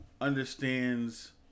understands